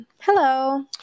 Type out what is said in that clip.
Hello